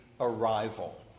Arrival